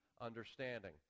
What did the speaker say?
understanding